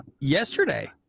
yesterday